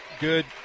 good